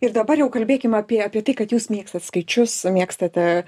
ir dabar jau kalbėkim apie apie tai kad jūs mėgstat skaičius mėgstate